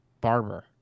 Barber